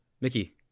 Mickey